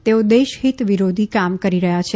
તેઓ દેશહિત વિરોધી કામ કરી રહ્યા છે